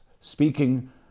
speaking